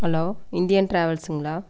hello Indian டிராவல்ஸுங்களா